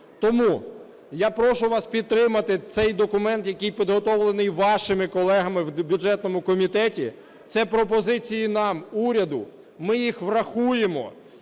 Тому я прошу вас підтримати цей документ, який підготовлений вашими колегами в бюджетному комітеті. Це пропозиції нам, уряду, ми їх врахуємо.